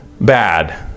bad